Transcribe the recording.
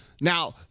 Now